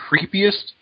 creepiest